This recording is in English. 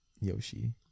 Yoshi